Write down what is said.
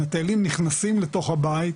המטיילים נכנסים לתוך הבית,